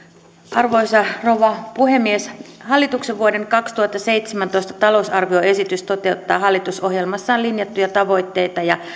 arvoisa rouva puhemies hallituksen vuoden kaksituhattaseitsemäntoista talousarvioesitys toteuttaa hallitusohjelmassaan linjattuja tavoitteita ja